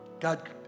God